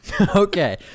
Okay